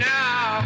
now